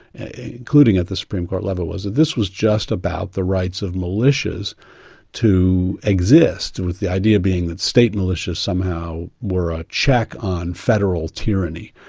including at the supreme court level, was that this was just about the rights of militias to exist, with the idea being that state militia somehow were a check on federal tyranny.